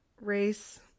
Race